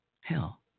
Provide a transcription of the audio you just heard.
Hell